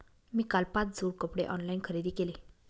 मी काल पाच जोड कपडे ऑनलाइन खरेदी केले